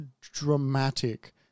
dramatic